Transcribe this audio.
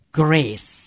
grace